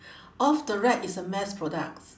off the rack is a mass products